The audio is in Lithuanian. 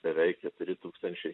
beveik keturi tūkstančiai